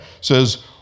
says